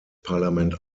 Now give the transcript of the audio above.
parlament